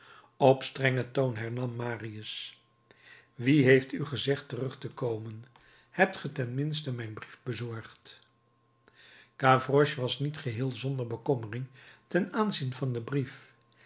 op strengen toon hernam marius wie heeft u gezegd terug te komen hebt ge ten minste mijn brief bezorgd gavroche was niet geheel zonder bekommering ten aanzien van dien brief